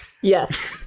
Yes